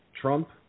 Trump